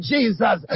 Jesus